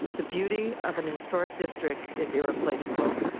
the beauty of an historic district is irreplaceable.